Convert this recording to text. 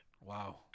Wow